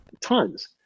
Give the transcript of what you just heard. tons